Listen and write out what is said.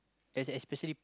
es~ especially